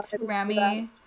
rami